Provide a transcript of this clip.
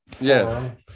yes